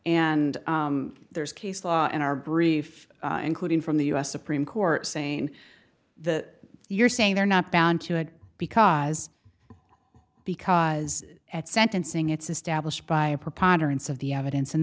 and there's case law in our brief including from the u s supreme court saying that you're saying they're not bound to it because because at sentencing it's established by a preponderance of the evidence and